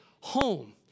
home